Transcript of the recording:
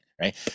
right